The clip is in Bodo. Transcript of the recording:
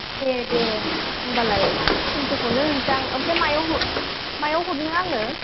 दे दे होमबालाय थिनस'खौनो होनोसै आं ओमफ्राय मायाव मायाव हरनो आङो